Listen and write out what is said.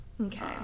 Okay